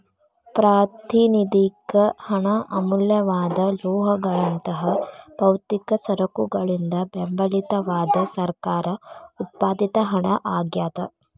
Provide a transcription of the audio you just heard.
ಪ್ರಾತಿನಿಧಿಕ ಹಣ ಅಮೂಲ್ಯವಾದ ಲೋಹಗಳಂತಹ ಭೌತಿಕ ಸರಕುಗಳಿಂದ ಬೆಂಬಲಿತವಾದ ಸರ್ಕಾರ ಉತ್ಪಾದಿತ ಹಣ ಆಗ್ಯಾದ